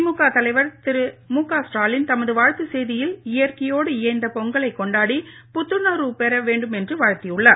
திமுக தலைவர் திரு மு க ஸ்டாலின் தமது வாழ்த்து செய்தியில் இயற்கையோடு இயைந்த பொங்கலை கொண்டாடி புத்துணர்வு பெற வேண்டும் என வாழ்த்தியுள்ளார்